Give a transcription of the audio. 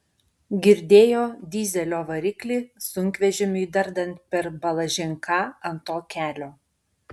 girdėjo dyzelio variklį sunkvežimiui dardant per balažin ką ant to kelio